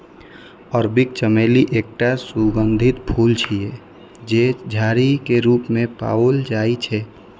अरबी चमेली एकटा सुगंधित फूल छियै, जे झाड़ी के रूप मे पाओल जाइ छै